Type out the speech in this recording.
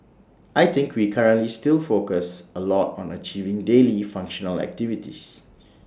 I think we currently still focus A lot on achieving daily functional activities